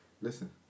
Listen